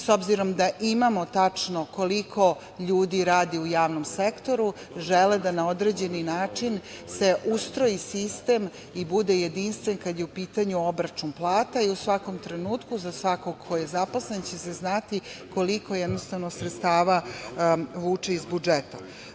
S obzirom da imamo tačno koliko ljudi radi u sektoru, žele da na određeni način se ustroji sistem i bude jedinstven kada je u pitanju obračun plata i u svakom trenutku za svakog ko je zaposlen će se znati koliko jednostavno sredstava vuče iz budžeta.